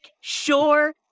sure